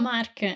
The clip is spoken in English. Mark